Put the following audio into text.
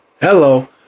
Hello